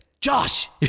josh